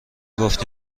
گفتی